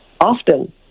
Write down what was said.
often